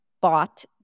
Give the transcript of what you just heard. bought